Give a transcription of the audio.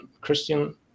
Christian